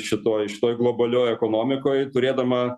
šitoj šitoj globalioj ekonomikoj turėdama